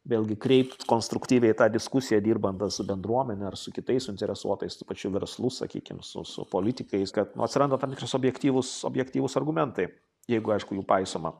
vėlgi kreipt konstruktyviai tą diskusiją dirbant ar su bendruomene ar su kitais suinteresuotais pačiu verslu sakykim su su politikais kad nu atsiranda tam tikras objektyvūs objektyvūs argumentai jeigu aišku jų paisoma